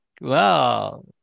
Wow